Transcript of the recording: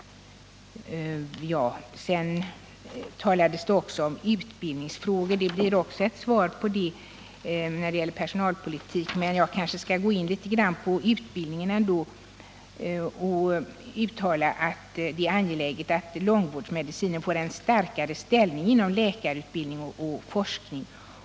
Jag vill här helt kort beröra utbildningen och forskningen inom långvårdsmedicinen. Först vill jag framhålla att det är angeläget att långvårdsmedicinen får en starkare ställning inom läkarutbildningen och forskningen.